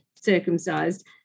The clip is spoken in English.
circumcised